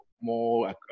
more